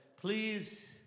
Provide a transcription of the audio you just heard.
Please